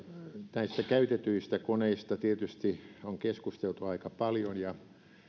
näistä käytetyistä koneista tietysti on keskusteltu aika paljon